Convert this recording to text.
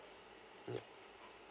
yup